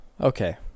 okay